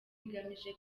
igamije